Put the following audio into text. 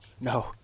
No